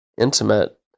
intimate